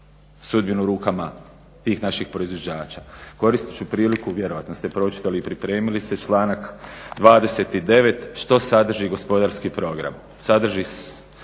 sudbinu u rukama tih naših proizvođača. Koristiti ću priliku, vjerojatno ste pročitali i pripremili se, članak 29. što sadrži gospodarski program. Sadrži